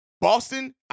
Boston